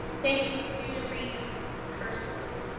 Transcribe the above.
thank you student regent hershkowitz.